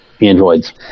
androids